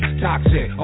toxic